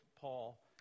Paul